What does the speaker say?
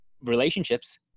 relationships